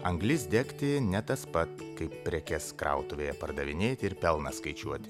anglis degti ne tas pat kaip prekes krautuvėje pardavinėti ir pelną skaičiuoti